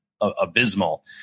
abysmal